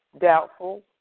doubtful